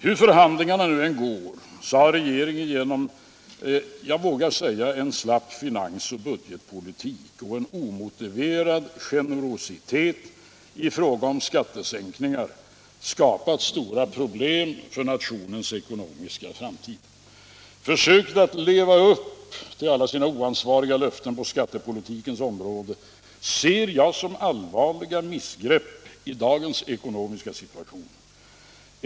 Hur förhandlingarna än går har regeringen genom, jag vågar säga, en slapp finansoch budgetpolitik och en omotiverad generositet i fråga om skattesänkningar skapat stora problem för nationens ekonomiska framtid. Försöken att leva upp till alla sina oansvariga löften på skattepolitikens område ser jag som allvarliga missgrepp i dagens ekonomiska situation.